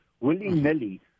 willy-nilly